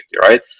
right